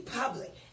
public